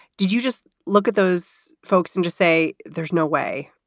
did you just look at those folks and just say, there's no way